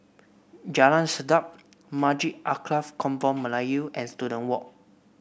Jalan Sedap Masjid Alkaff Kampung Melayu and Students Walk